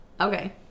Okay